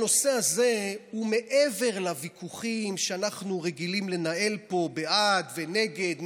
הנושא הזה הוא מעבר לוויכוחים שאנחנו רגילים לנהל פה בעד ונגד,